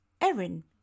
Erin